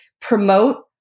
promote